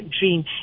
dream